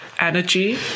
energy